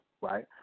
right